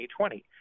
2020